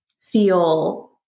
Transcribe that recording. feel